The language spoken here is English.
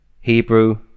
hebrew